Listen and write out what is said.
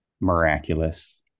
miraculous